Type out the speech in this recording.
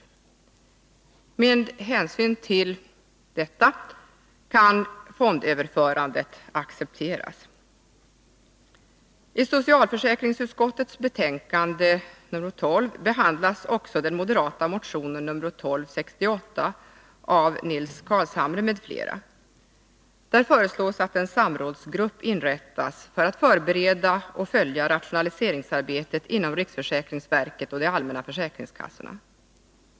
Med hänsyn härtill kan fondöverförandet accepteras. I socialförsäkringsutskottets betänkande nr 12 behandlas också den moderata motionen nr 1268 av Nils Carlshamre m.fl. Där föreslås att en samrådsgrupp inrättas för att förbereda och följa rationaliseringsarbetet inom riksförsäkringsverket och de allmänna försäkringskassorna.